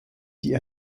die